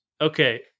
Okay